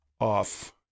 off